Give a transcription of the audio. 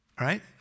Right